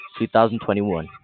2021